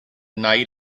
night